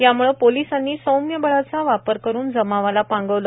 याम्ळे पोलिसांनी सौम्य बळाचा वापर करून जमावाला पांगवले